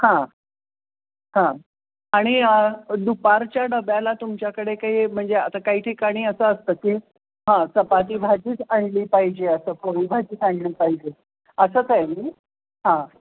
हां हां आणि दुपारच्या डब्याला तुमच्याकडे काही म्हणजे आता काही ठिकाणी असं असतं की हां चपाती भाजीच आणली पाहिजे असं पोळी भाजीच आणली पाहिजे असंच आहे हां